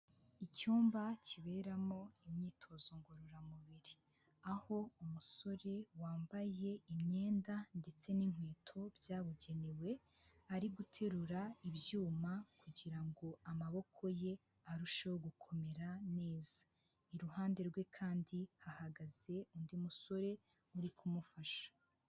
Icyumba kiberamo imyitozo ngororamubiri. Aho umusore wambaye imyenda ndetse n'inkweto byabugenewe ari guterura ibyuma kugira ngo amaboko ye arusheho gukomera neza. Iruhande rwe kandi hahagaze undi musore uri kumufasha.